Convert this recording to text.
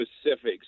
specifics